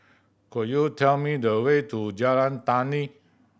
could you tell me the way to Jalan Tani